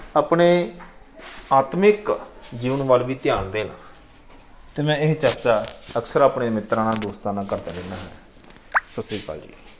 ਆਪਣੇ ਆਤਮਿਕ ਜੀਵਨ ਵੱਲ ਵੀ ਧਿਆਨ ਦੇਣ ਅਤੇ ਮੈਂ ਇਹ ਚਰਚਾ ਅਕਸਰ ਆਪਣੇ ਮਿੱਤਰਾਂ ਨਾਲ ਦੋਸਤਾਂ ਨਾਲ ਕਰਦਾ ਰਹਿੰਦਾ ਹਾਂ ਸਤਿ ਸ਼੍ਰੀ ਅਕਾਲ ਜੀ